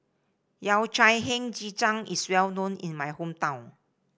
Yao Cai Hei Ji Tang is well known in my hometown